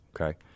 okay